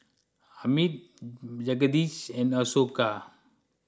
Amit Jagadish and Ashoka